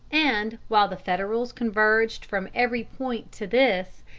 and, while the federals converged from every point to this,